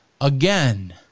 again